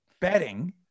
betting